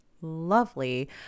lovely